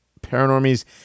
paranormies